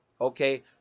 okay